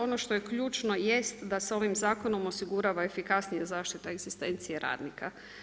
Ono što je ključno jest da se ovim zakonom osigurava efikasnija zaštita egzistencija radnika.